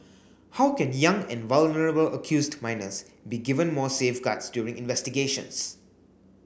how can young and vulnerable accused minors be given more safeguards during investigations